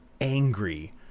angry